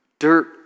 Dirt